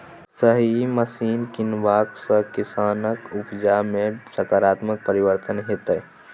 सही मशीन कीनबाक सँ किसानक उपजा मे सकारात्मक परिवर्तन हेतै